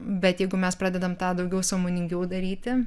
bet jeigu mes pradedam tą daugiau sąmoningiau daryti